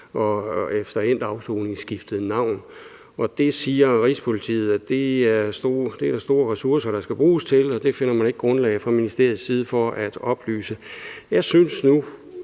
og efter endt afsoning skiftet navn, og det siger Rigspolitiet at der er store ressourcer der skal bruges til, og det finder man fra ministeriets side ikke grundlag for at oplyse. Jeg synes nu,